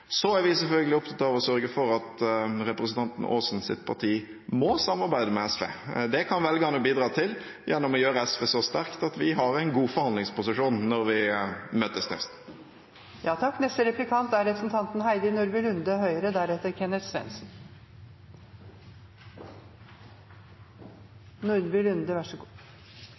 Så er vi selvfølgelig opptatt av å sørge for at representanten Aasens parti må samarbeide med SV. Det kan velgerne bidra til gjennom å gjøre SV så sterkt at vi har en god forhandlingsposisjon når vi